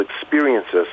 experiences